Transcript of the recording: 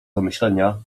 zamyślenia